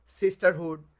sisterhood